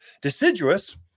Deciduous